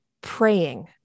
praying